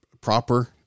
proper